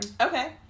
Okay